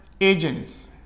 agents